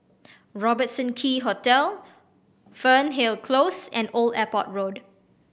Robertson Quay Hotel Fernhill Close and Old Airport Road